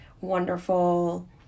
wonderful